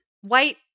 White